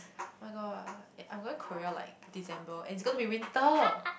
[oh]-my-god eh I'm going Korea like December and it's gonna be winter